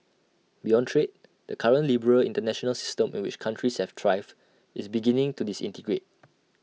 beyond trade the current liberal International system in which countries have thrived is beginning to disintegrate